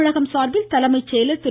தமிழகம் சார்பில் தலைமைச் செயலர் திரு